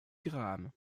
graham